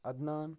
Adnan